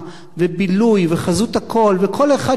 וכל אחד שהואיל בטובו לפתוח אצלנו,